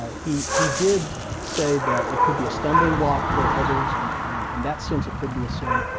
ah he he did say that it could be a stumbling block for others, and and in that sense it could be a sin.